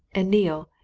and neale,